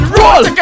roll